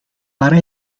para